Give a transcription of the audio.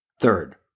Third